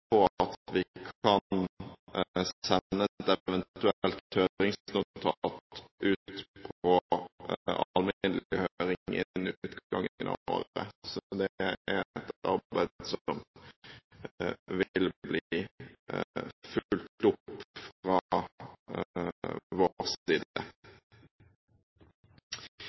at vi kan sende et eventuelt høringsnotat ut på alminnelig høring innen utgangen av året. Så det er et arbeid som vil bli fulgt opp fra